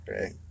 right